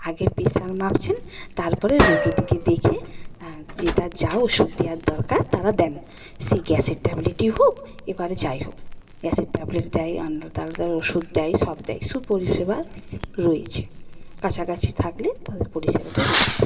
আগে প্রেসার মাপছেন তার পরে রোগীটিকে দেখে যেটা যা ওষুধ দেওয়ার দরকার তারা দেন সে গ্যাসের ট্যাবলেটই হোক এবারে যাই হোক গ্যাসের ট্যাবলেট দেয় তারা তার ওষুধ দেয় সব দেয় সুপরিষেবা রয়েছে কাছাকাছি থাকলে তাদের পরিষেবাটা রয়েছে